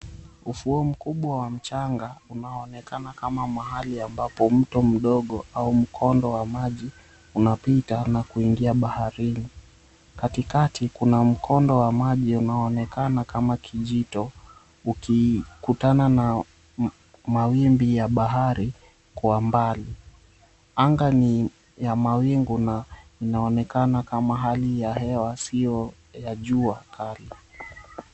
Ufuo mkubwa wa mchanga unaoonekana kama mahali ambapo mto mdogo au mkondo wa maji unapita na kuingia baharini. Katikati kuna mkondo wa maji unaoonekana kama kijito ukikutana na mawimbi ya bahari kwa mbali. Anga ni ya mawingu na inaonekana kama hali ya hewa sio ya jua kali.